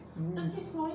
mm